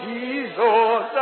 Jesus